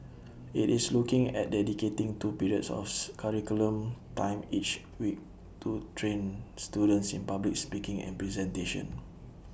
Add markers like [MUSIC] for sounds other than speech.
IT is looking at dedicating two periods [UNINTELLIGIBLE] curriculum time each week to train students in public speaking and presentation